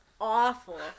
awful